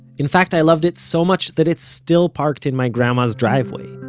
in fact i loved it so much that it's still parked in my grandma's driveway,